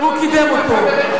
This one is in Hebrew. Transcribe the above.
הוא קידם אותו.